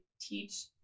teach